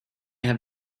have